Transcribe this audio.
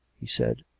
he said.